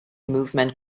movement